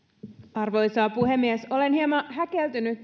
arvoisa puhemies olen hieman häkeltynyt